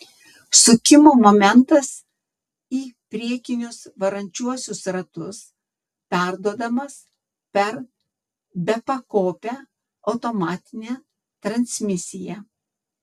sukimo momentas į priekinius varančiuosius ratus perduodamas per bepakopę automatinę transmisiją